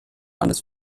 landes